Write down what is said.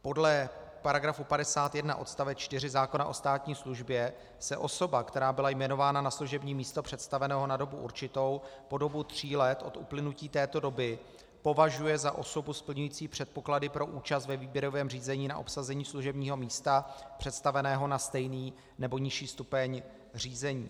Podle § 51 odst. 4 zákona o státní službě se osoba, která byla jmenována na služební místo představeného na dobu určitou, po dobu tří let od uplynutí této doby považuje za osobu splňující předpoklady pro účast ve výběrovém řízení na obsazení služebního místa představeného na stejný nebo nižší stupeň řízení.